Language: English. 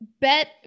bet